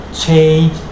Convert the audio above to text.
change